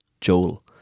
Joel